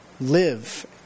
live